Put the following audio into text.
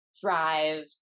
Thrive